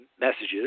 messages